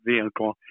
vehicle